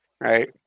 right